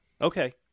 Okay